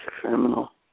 criminal